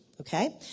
okay